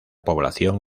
población